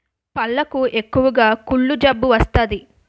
పళ్లకు ఎక్కువగా కుళ్ళు జబ్బు వస్తాది